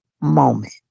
moment